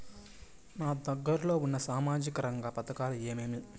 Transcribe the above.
నాకు దగ్గర లో ఉన్న సామాజిక రంగ పథకాలు ఏమేమీ?